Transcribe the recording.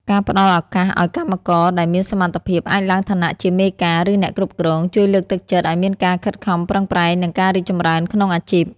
ការផ្ដល់ឱកាសឱ្យកម្មករដែលមានសមត្ថភាពអាចឡើងឋានៈជាមេការ ឬអ្នកគ្រប់គ្រង ជួយលើកទឹកចិត្តឱ្យមានការខិតខំប្រឹងប្រែង និងការរីកចម្រើនក្នុងអាជីព។